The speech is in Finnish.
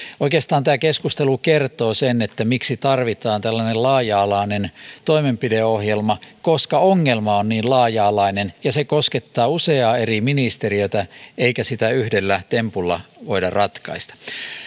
oikeastaan tämä keskustelu kertoo sen miksi tarvitaan tällainen laaja alainen toimenpideohjelma koska ongelma on niin laaja alainen se koskee useaa eri ministeriötä eikä sitä yhdellä tempulla voida ratkaista